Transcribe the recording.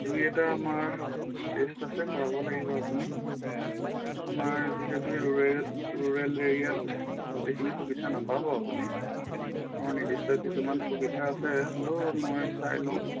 দুই এটা আমাৰ টেষ্ট আছে কৰাব লাগিব আপুনি আমাৰ যিহেতু ৰুৰেৰ ৰুৰেল এৰিয়াত গোটেইখিনি সুবিধা নাপাব আপুনি মোৰ নিৰ্দিষ্ট কিছুমান সুবিধা আছে হ'লেও মই চাই লওঁ